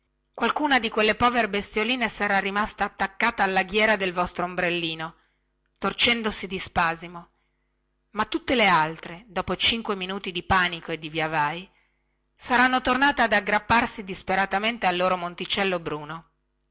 qualcuna di quelle povere bestioline sarà rimasta attaccata alla ghiera del vostro ombrellino torcendosi di spasimo ma tutte le altre dopo cinque minuti di pànico e di viavai saranno tornate ad aggrapparsi disperatamente al loro monticello bruno